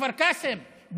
בכפר קאסם,